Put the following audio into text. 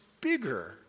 bigger